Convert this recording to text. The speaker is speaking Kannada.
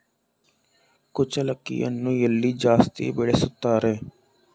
ಕುಚ್ಚಲಕ್ಕಿಯನ್ನು ಎಲ್ಲಿ ಜಾಸ್ತಿ ಬೆಳೆಸುತ್ತಾರೆ?